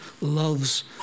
loves